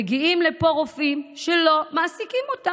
מגיעים לפה רופאים שלא מעסיקים אותם,